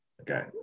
Okay